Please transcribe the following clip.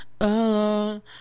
alone